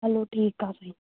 हलो ठीकु आहे सईं